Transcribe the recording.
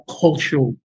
cultural